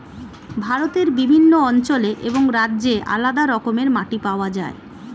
ভারতের বিভিন্ন অঞ্চলে এবং রাজ্যে আলাদা রকমের মাটি পাওয়া যায়